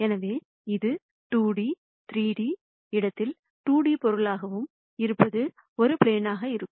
எனவே இது 2D 3D இடத்தில் 2D பொருளாகவும் இருப்பது ஒரு ப்ளேனாக இருக்கும்